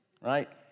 right